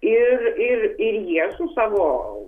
ir ir ir jie su savo